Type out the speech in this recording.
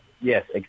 yes